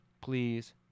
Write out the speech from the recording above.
please